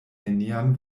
nenian